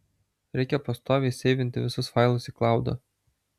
reikia pastoviai seivinti visus failus į klaudą